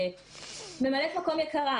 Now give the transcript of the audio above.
"ממלאת מקום יקרה,